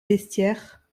vestiaires